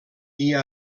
dia